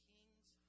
King's